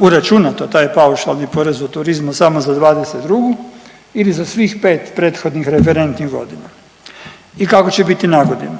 uračunato taj paušalni porez od turizma samo za 2022. ili za svih 5 prethodnih referentnih godina i kako će biti na godinu?